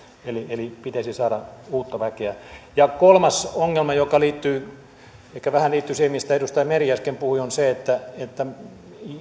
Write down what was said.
eli eli pitäisi saada uutta väkeä kolmas ongelma joka ehkä vähän liittyy siihen mistä edustaja meri äsken puhui on se että että